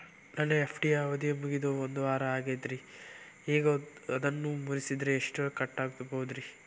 ನನ್ನ ಎಫ್.ಡಿ ಅವಧಿ ಮುಗಿದು ಒಂದವಾರ ಆಗೇದ್ರಿ ಈಗ ಅದನ್ನ ಮುರಿಸಿದ್ರ ಎಷ್ಟ ಕಟ್ ಆಗ್ಬೋದ್ರಿ?